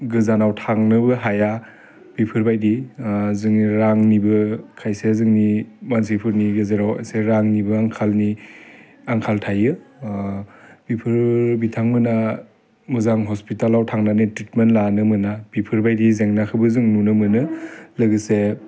गोजानाव थांनोबो हाया बेफोरबायदि जोङो रांनिबो खायसे जोंनि मानसिफोरनि गेेजेराव इसे रांनिबो आंखालनि आंखाल थायो बिफोरो बिथां मोना मोजां हस्पितालाव थांनानै ट्रिटमेन्ट लानो मोना बेफोरबायदि जेंनाखौबो जों नुनो मोनो लोगोसे